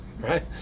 right